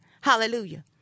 Hallelujah